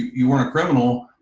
you weren't a criminal,